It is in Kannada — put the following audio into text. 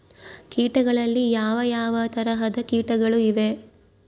ಕೇಟಗಳಲ್ಲಿ ಯಾವ ಯಾವ ತರಹದ ಕೇಟಗಳು ಇವೆ?